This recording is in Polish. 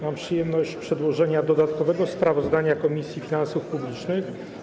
Mam przyjemność przedłożyć dodatkowe sprawozdanie Komisji Finansów Publicznych.